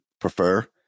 prefer